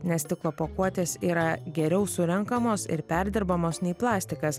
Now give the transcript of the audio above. nes stiklo pakuotės yra geriau surenkamos ir perdirbamos nei plastikas